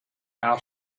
how